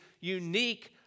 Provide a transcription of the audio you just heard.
unique